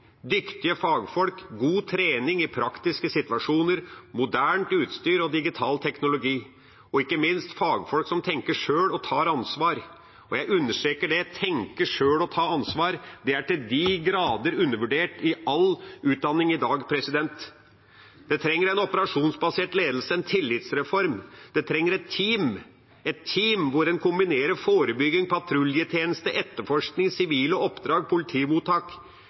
dyktige fagfolk, god trening i praktiske situasjoner, moderne utstyr og digital teknologi og ikke minst fagfolk som tenker sjøl og tar ansvar. Jeg understreker det – tenke sjøl og ta ansvar. Det er til de grader undervurdert i all utdanning i dag. Det trenger en operasjonsbasert ledelse, en tillitsreform. Det trengs et team der en kombinerer forebygging, patruljetjeneste, etterforskning, sivile oppdrag og politimottak.